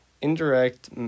Indirect